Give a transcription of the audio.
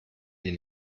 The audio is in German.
die